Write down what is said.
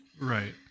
Right